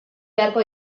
beharko